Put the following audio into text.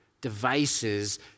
devices